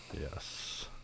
yes